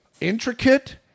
intricate